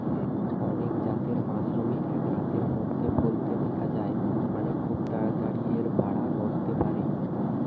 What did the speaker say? অনেক জাতের মাশরুমই এক রাতের মধ্যেই ফলতে দিখা যায় মানে, খুব তাড়াতাড়ি এর বাড়া ঘটতে পারে